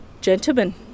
Gentlemen